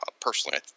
personally